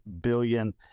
billion